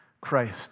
Christ